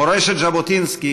מורשת ז'בוטינסקי